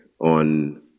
on